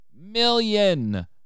million